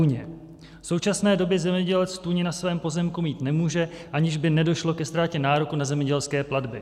V současné době zemědělec tůni na svém pozemku mít nemůže, aniž by nedošlo ke ztrátě nároku na zemědělské platby.